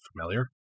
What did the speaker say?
familiar